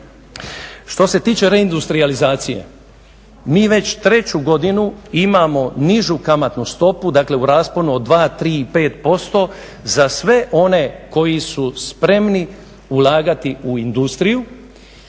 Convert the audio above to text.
Što se tiče reindustrijalizacije mi već treću godinu imamo nižu kamatnu stopu, dakle u rasponu od dva, tri i pet posto za sve one koji su spremni ulagati u industriju,